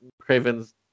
Craven's